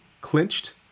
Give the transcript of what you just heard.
clinched